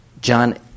John